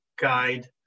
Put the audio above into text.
guide